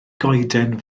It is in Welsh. goeden